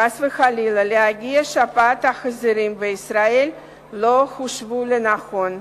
חס וחלילה להגיע שפעת החזירים בישראל לא חושבו נכון.